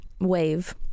Wave